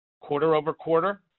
Quarter-over-quarter